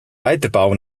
weiterbau